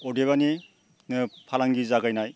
अदेबानि फालांगि जागायनाय